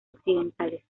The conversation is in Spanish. occidentales